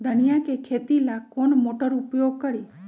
धनिया के खेती ला कौन मोटर उपयोग करी?